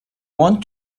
want